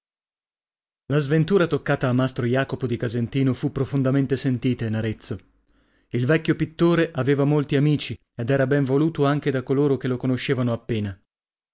la sventura toccata a mastro jacopo di casentino fu profondamente sentita in arezzo il vecchio pittore aveva molti amici ed era ben voluto anche da coloro che lo conoscevano appena